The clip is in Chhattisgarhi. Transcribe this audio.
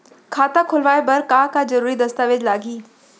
खाता खोलवाय बर का का जरूरी दस्तावेज लागही?